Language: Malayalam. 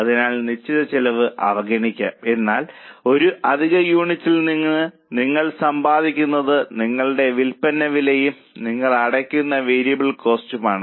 അതിനാൽ നിശ്ചിത ചെലവ് അവഗണിക്കാം എന്നാൽ ഒരു അധിക യൂണിറ്റിൽ നിന്ന് നിങ്ങൾ സമ്പാദിക്കുന്നത് നിങ്ങളുടെ വിൽപ്പന വിലയും നിങ്ങൾ അടയ്ക്കുന്ന വേരിയബിൾ കോസ്റ്റുമാണ്